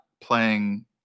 playing